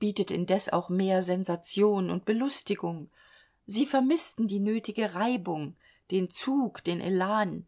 bietet indes auch mehr sensation und belustigung sie vermißten die nötige reibung den zug den elan